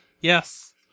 Yes